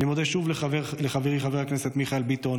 אני מודה שוב לחברי חבר הכנסת מיכאל ביטון